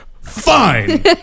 fine